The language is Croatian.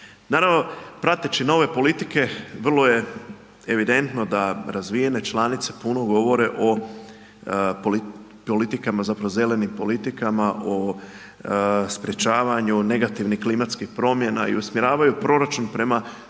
Naravno prateći nove politike vrlo je evidentno da razvijene članice puno govore o zelenim politikama o sprečavanju negativnih klimatskih promjena i usmjeravaju proračun prema stavkama,